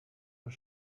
are